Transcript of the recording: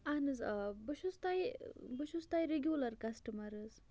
اَہَن حظ آ بہٕ چھُس تۄہہِ بہٕ چھُس تۄہہِ رِگیوٗلَر کَسٹَمَر حظ